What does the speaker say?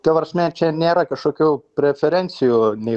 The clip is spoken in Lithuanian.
ta prasme čia nėra kažkokių preferencijų nei